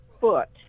foot